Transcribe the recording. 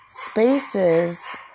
Spaces